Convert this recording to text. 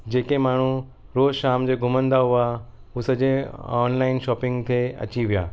जेके माण्हू रोज़ु शाम जो घुमंदा हुआ हू सॼे ऑनलाइन शॉपिंग ते अची विया